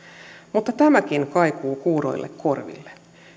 mutta tämäkin kaikuu kuuroille korville